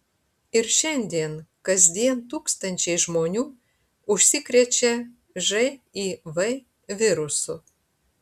ir šiandien kasdien tūkstančiai žmonių užsikrečia živ virusu